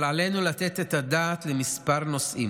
אבל עלינו לתת את הדעת לכמה נושאים.